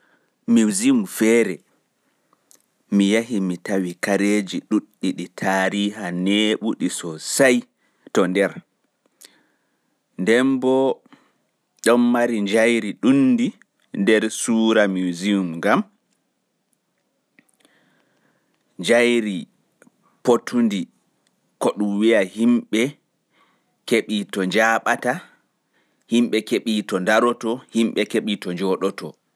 Museum feere mi yahi mi tawi kareeji tariha neɓuɗi sosai to nder. Nden bo ɗon mari njairi ɗuuɗundi sosai to nder suura ngam njaaɓata, ndaro kadi njooɗo.